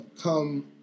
come